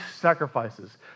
sacrifices